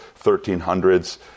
1300s